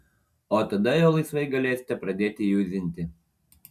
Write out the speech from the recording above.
o tada jau laisvai galėsite pradėti juzinti